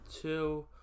two